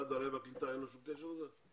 למשרד העלייה והקליטה אין כל קשר לזה?